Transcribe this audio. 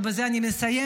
ובזה אני מסיימת: